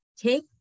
Take